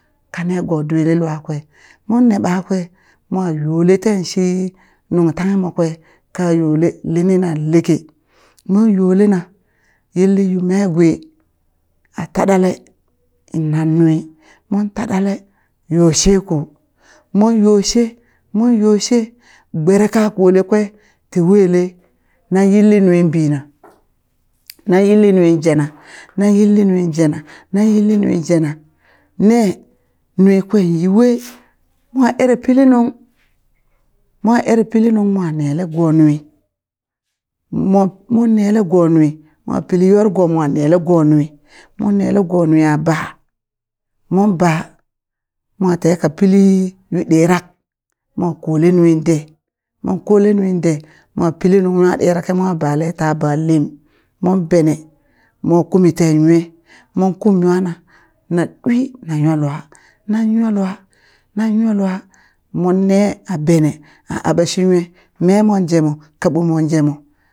Kane go dwili lua kwe monne ɓakwe mo yole ten shi nung tanghe mo kwe ka yole linna leke, mon yole na yilli yu me gwi a taɗale innan nwi mon taɗale yoshe ko mon yoshe mon yoshe gbere ka kole kwe ti wele nan yilli nwi binna na yilli nwi jena na yilli nwi jena na yilli nwi jena ne nwi kwe yi we mo ere pili nung mo ere pili nung mo nele go nwi mo mon nele go nwi mo pili yorgo monele go nwi mon nele go nwiha ba mon ba mo teka pili yu ɗirak mo kole nwin ɗe mon kole nwin de mo pili nung nwa ɗirakki mo bale ta ban lem mon benne mo kumi teen nwe mon kum nwana na ɗwi na nyo lua nan nyo lua nan nyo lua mon ne a ɓene a aɓa shi nwe memon jemo kabut mon jemo